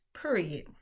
Period